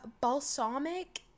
Balsamic